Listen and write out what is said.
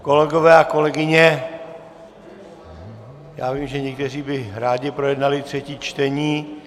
Kolegové a kolegyně, já vím, že někteří by rádi projednali třetí čtení.